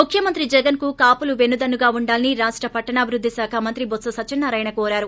ముఖ్యమంత్రి జగన్కు కాపులు వెన్ను దన్ను గా ఉండాలని రాష్ట పట్టణాభివుద్ది శాఖ మంత్రి బొత్స సత్యనారాయణ కోరారు